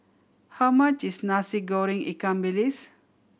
how much is Nasi Goreng ikan bilis